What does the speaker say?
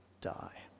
die